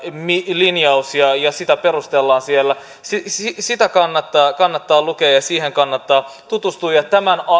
linjaus ja ja sitä perustellaan siellä sitä kannattaa kannattaa lukea ja siihen kannattaa tutustua tämän